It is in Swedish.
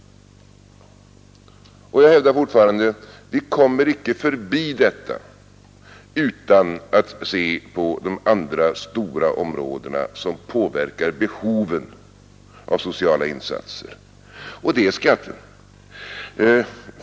Och jag hävdar fortfarande: vi kommer inte förbi detta utan att se på de andra stora områdena som påverkar behovet av sociala insatser — och det är skatterna.